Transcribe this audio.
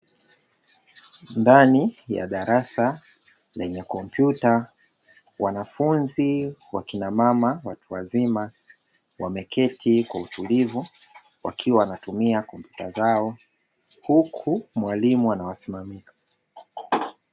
Ndani ya darasa lenye kompyuta wanafunzi wakina mama watu wazima wameketi kwa utulivu wakiwa wanatumia kompyuta zao huku mwalimu anawasimamia.